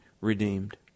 redeemed